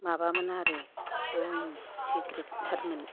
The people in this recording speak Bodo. माबामोन आरो एकदम जि गिदिर थारमोन